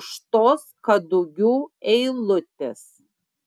už tos kadugių eilutės